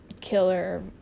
killer